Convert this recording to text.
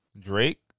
Drake